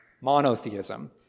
monotheism